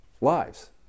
lives